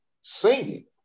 singing